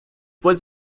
was